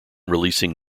releasing